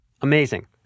Amazing